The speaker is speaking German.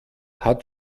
hat